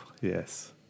yes